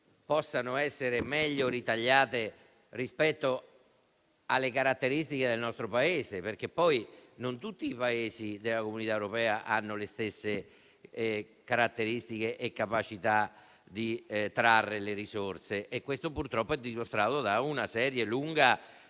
possano essere meglio ritagliate rispetto alle caratteristiche del nostro Paese? Ricordo che non tutti i Paesi dell'Unione europea hanno le stesse caratteristiche e capacità di trarre le risorse, come purtroppo è dimostrato da una lunga